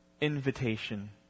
invitation